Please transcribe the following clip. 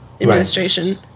administration